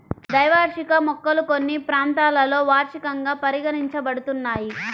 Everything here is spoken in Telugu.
ద్వైవార్షిక మొక్కలు కొన్ని ప్రాంతాలలో వార్షికంగా పరిగణించబడుతున్నాయి